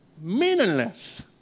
meaningless